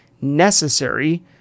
necessary